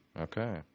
Okay